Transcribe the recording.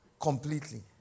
completely